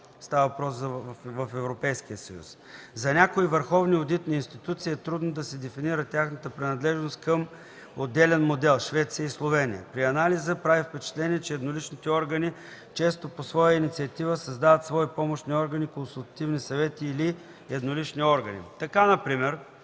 Става въпрос – в Европейския съюз. „За някои върховни одитни институции е трудно да се дефинира тяхната принадлежност към отделен модел – Швеция и Словения. При анализа прави впечатление, че едноличните органи често по своя инициатива създават свои помощни органи, консултативни съвети или еднолични органи. Така например